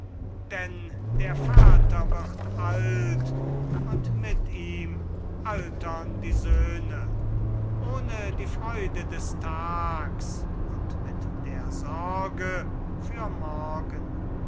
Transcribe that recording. denn der vater wird alt und mit ihm altern die söhne ohne die freude des tags und mit der sorge für morgen